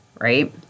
right